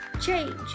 Change